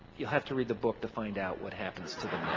you'll have to read the book to find out what happens to the